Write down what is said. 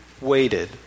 waited